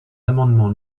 l’amendement